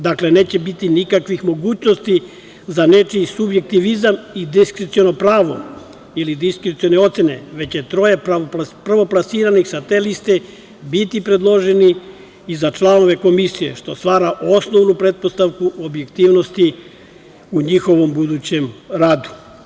Dakle, neće biti nikakvih mogućnosti za nečiji subjektivizam i diskreciono pravo ili diskrecione ocene, već će troje prvoplasiranih sa te list biti predloženi i za članove Komisije, što stvara osnovnu pretpostavku u objektivnosti u njihovom budućem radu.